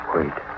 Wait